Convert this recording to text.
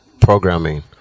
programming